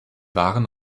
waren